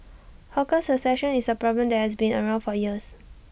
hawker succession is A problem that has been around for years